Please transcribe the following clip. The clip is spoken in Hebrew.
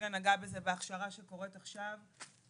אילן נגע בזה בהכשרה שקורית עכשיו.